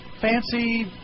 fancy